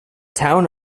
town